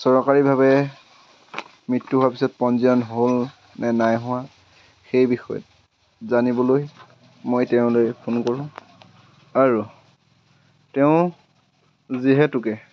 চৰকাৰীভাৱে মৃত্যু হোৱাৰ পিছত পঞ্জীয়ন হ'লনে নাই হোৱা সেই বিষয়ে জানিবলৈ মই তেওঁলৈ ফোন কৰোঁ আৰু তেওঁ যিহেতুকে